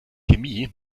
chemie